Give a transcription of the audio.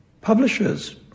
publishers